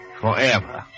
forever